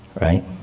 right